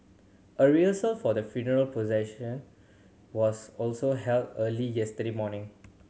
a rehearsal for the funeral procession was also held early yesterday morning